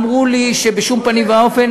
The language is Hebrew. אמרו לי שבשום פנים ואופן